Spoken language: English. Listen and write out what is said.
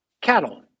cattle